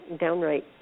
downright